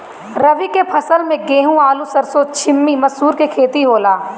रबी के फसल में गेंहू, आलू, सरसों, छीमी, मसूर के खेती होला